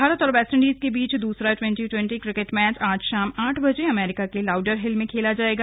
भारत और West Indies के बीच दूसरा ट्वेंटी ट्वेंटी क्रिकेट मैच आज शाम आठ बजे अमरीका के लाउडरहिल में खेला जाएगा